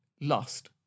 Lost